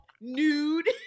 nude